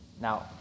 Now